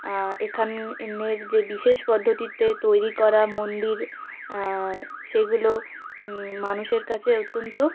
এখানের যে বিশেষ পদ্ধতিতে তৈরি করা মন্দির সেগুলো মানুষের কাছে অত্যন্ত